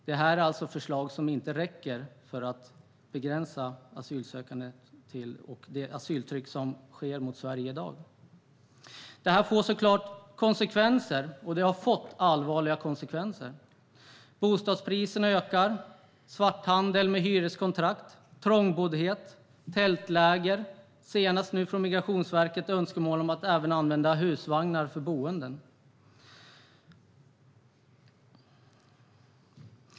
Detta är alltså förslag som inte räcker för att begränsa antalet asylsökande och begränsa asyltrycket mot Sverige i dag. Detta får såklart konsekvenser, och det har fått allvarliga konsekvenser. Bostadspriserna, svarthandeln med hyreskontrakt, trångboddheten och tältlägren ökar. Senast kom det önskemål från Migrationsverket om att man även skulle använda husvagnar för boenden.